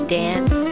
dance